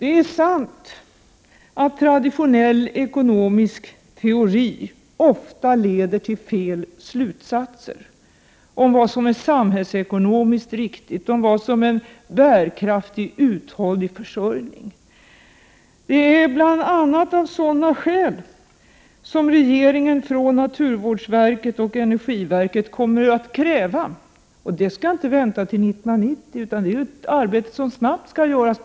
Det är sant att traditionell ekonomisk teori ofta leder till fel slutsatser om vad som är samhällsekonomiskt riktigt, om vad som är bärkraftig, uthållig försörjning. Det är bl.a. av sådana skäl som regeringen från naturvårdsverket och energiverket kommer att kräva en redovisning för hur ett energisystem kan se ut där energikraven sätts i fftämsta rummet.